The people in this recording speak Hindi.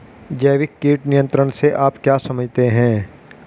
जैविक कीट नियंत्रण से आप क्या समझते हैं?